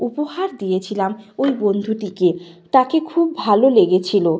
উপহার দিয়েছিলাম ওই বন্ধুটিকে তাকে খুব ভালো লেগেছিল